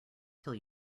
till